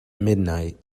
midnight